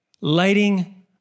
lighting